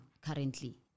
currently